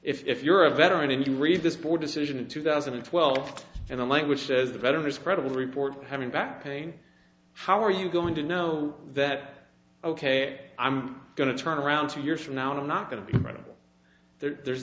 on if you're a veteran and you read this board decision in two thousand and twelve and the language says a veteran is credible reports having back pain how are you going to know that ok i'm going to turn around two years from now and i'm not going to be credible there's no there's